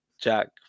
Jack